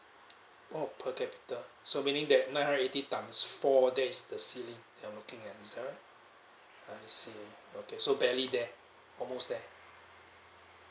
oh per capita so meaning that nine hundred eighty times four that is the ceiling I'm looking at is that right I see okay so barely there almost there